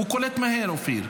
הוא קולט מהר, אופיר.